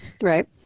right